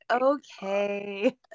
okay